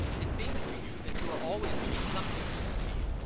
it seems to you that you are always doing something for your teeth?